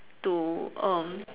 to um